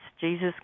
Jesus